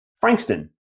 Frankston